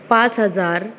पांच हजार